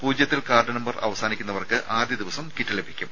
പൂജ്യത്തിൽ card number അവസാനിക്കുന്നവർക്ക് ആദ്യ ദിവസം കിറ്റ് ലഭിക്കും